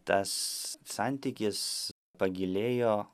tas santykis pagilėjo